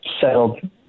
settled